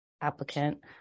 applicant